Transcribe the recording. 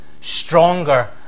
stronger